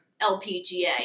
LPGA